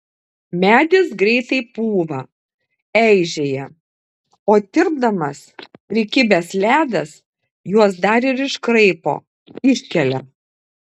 medis greitai pūva eižėja o tirpdamas prikibęs ledas juos dar ir iškraipo iškelia